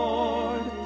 Lord